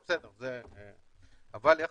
פרופ' גרוטו,